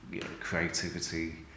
creativity